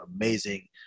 amazing